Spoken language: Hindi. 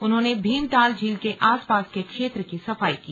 उन्होंने भीमताल झील के आसपास के क्षेत्र की सफाई की